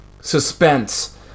suspense